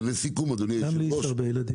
ולסיכום אדוני היו"ר,